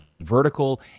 vertical